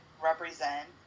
represent